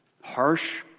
Harsh